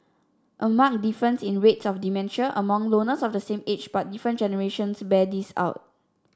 a marked difference in rates of dementia among loners of the same age but different generations bears this out